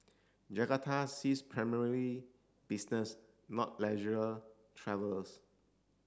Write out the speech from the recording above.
Jakarta sees primarily business not leisure travellers